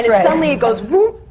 yeah suddenly, it goes whoop!